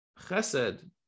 Chesed